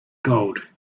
gold